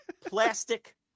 plastic